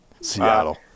Seattle